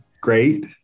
great